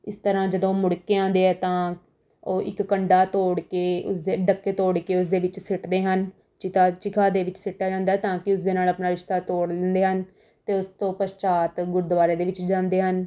ਇਸ ਤਰ੍ਹਾਂ ਜਦੋਂ ਮੁੜ ਕੇ ਆਉਂਦੇ ਹੈ ਤਾਂ ਉਹ ਇੱਕ ਕੰਡਾ ਤੋੜ ਕੇ ਉਸ ਦੇ ਡੱਕੇ ਤੋੜ ਕੇ ਉਸ ਦੇ ਵਿੱਚ ਸਿੱਟਦੇ ਹਨ ਚਿਤਾ ਚਿਖਾ ਦੇ ਵਿੱਚ ਸੁੱਟਿਆ ਜਾਂਦਾ ਹੈ ਤਾਂ ਕਿ ਉਸ ਦੇ ਨਾਲ ਆਪਣਾ ਰਿਸ਼ਤਾ ਤੋੜ ਦਿੰਦੇ ਹਨ ਅਤੇ ਉਸ ਤੋਂ ਪਸ਼ਚਾਤ ਗੁਰਦੁਆਰੇ ਦੇ ਵਿੱਚ ਜਾਂਦੇ ਹਨ